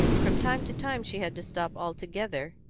from time to time she had to stop altogether,